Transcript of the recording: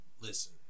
Listen